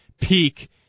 peak